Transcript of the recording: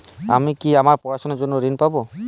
আমি কি আমার পড়াশোনার জন্য ঋণ পাব?